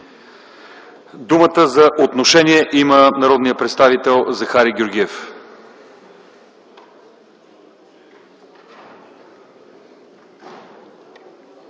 Думата за отношение има народният представител Захари Георгиев.